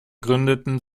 gründeten